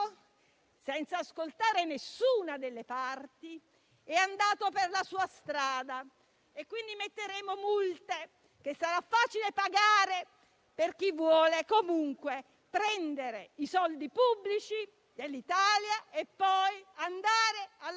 senza ascoltare nessuna delle parti, è andato per la sua strada e, quindi, emetteremo multe che sarà facile pagare per chi vuole comunque prendere i soldi pubblici dell'Italia e poi andare a lavorare